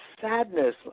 sadness